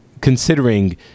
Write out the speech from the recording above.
considering